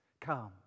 Come